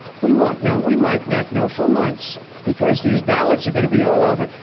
we won't know, we might not know for months because these ballots are going to be all over.